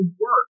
work